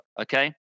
okay